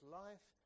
life